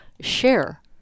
share